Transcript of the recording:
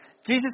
Jesus